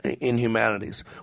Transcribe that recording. inhumanities